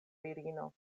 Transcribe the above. virino